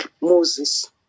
moses